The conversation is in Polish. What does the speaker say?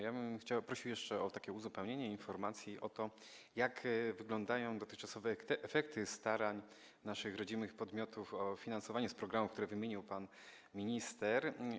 Ja bym prosił jeszcze o uzupełnienie informacji o to, jak wyglądają dotychczasowe efekty starań naszych rodzimych podmiotów o finansowanie z programów, które wymienił pan minister.